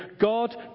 God